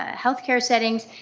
ah health care settings.